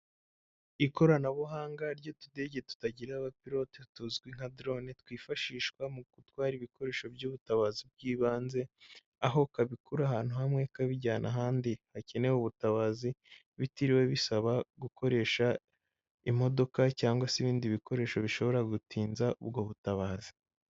Ikoranabuhanga ry'utudege tutagira abapirote tuzwi nka "dorone" twifashishwa mu gutwara ibikoresho by'ubutabazi bw'ibanze, aho kabikura ahantu hamwe kabijyana ahandi hakenewe ubutabazi, bitiriwe bisaba gukoresha imodoka cyangwa se ibindi bikoresho bishobora gutinza ubwo butabazi.